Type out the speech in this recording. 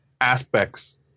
aspects